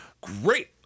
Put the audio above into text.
Great